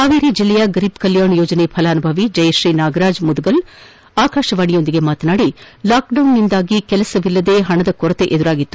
ಹಾವೇರಿ ಜಿಲ್ಲೆಯ ಗರೀಬ್ ಕಲ್ಕಾಣ್ ಯೋಜನೆ ಫಲಾನುಭವಿ ಜಯಶ್ರೀ ನಾಗರಾಜ ಮುದಗಲ್ ಆಕಾಶವಾಣಿಯೊಂದಿಗೆ ಮಾತನಾಡಿ ಲಾಕ್ಡೌನ್ನಿಂದಾಗಿ ಕೆಲಸವಿಲ್ಲದೆ ಪಣದ ಕೊರತೆ ಎದುರಾಗಿತ್ತು